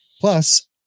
Plus